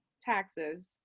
taxes